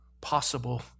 possible